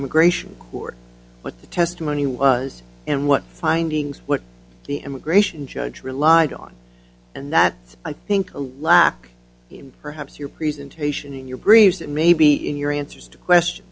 immigration court what the testimony was and what findings what the immigration judge relied on and that i think a lack in perhaps your presentation in your briefs and maybe in your answers to questions